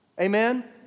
Amen